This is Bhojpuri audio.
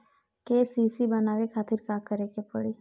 के.सी.सी बनवावे खातिर का करे के पड़ी?